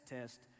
test